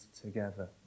together